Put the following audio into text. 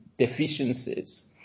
deficiencies